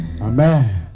Amen